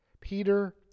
Peter